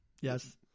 Yes